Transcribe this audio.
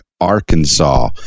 Arkansas